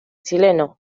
chileno